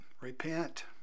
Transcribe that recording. repent